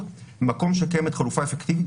אבל זה נכון באופן כללי,